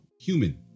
human